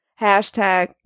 Hashtag